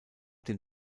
dem